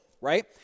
right